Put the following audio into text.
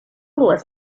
was